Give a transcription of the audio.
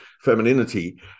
femininity